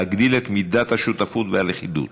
להגדיל את מידת השותפות והלכידות.